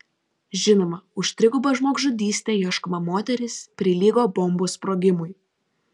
žinoma už trigubą žmogžudystę ieškoma moteris prilygo bombos sprogimui